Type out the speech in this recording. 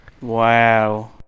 Wow